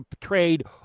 trade